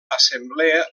assemblea